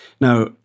Now